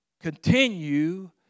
Continue